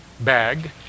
bag